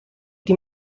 die